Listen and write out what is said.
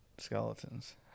skeletons